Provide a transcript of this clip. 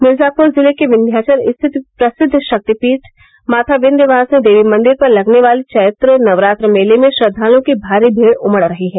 मिर्जापूर जिले के विन्ध्याचल स्थित प्रसिद्ध शक्तिपीठ माता विन्ध्यवासिनी देवी मंदिर पर लगने वाले चैत्र नवरात्र मेले में श्रद्वालुओं की भारी भीड़ उमड़ रही है